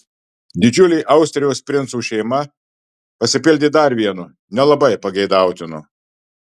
didžiulė austrijos princų šeima pasipildė dar vienu nelabai pageidautinu